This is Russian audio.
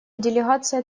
делегация